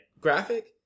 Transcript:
Graphic